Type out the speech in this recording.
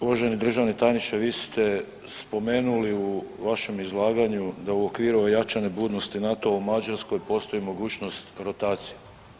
Uvaženi državni tajniče vi ste spomenuli u vašem izlaganju da u okviru ove jačane budnosti NATO-a u Mađarskoj postoji mogućnost rotacije.